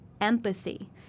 empathy